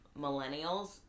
millennials